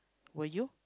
will you